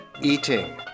eating